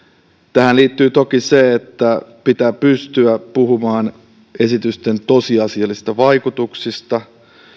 tähän liittyy toki se että pitää pystyä puhumaan esitysten tosiasiallisista vaikutuksista